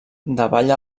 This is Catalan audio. davalla